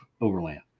Overland